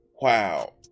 Wow